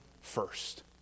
first